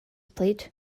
plate